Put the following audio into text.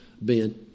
Ben